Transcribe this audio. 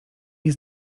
nie